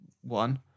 one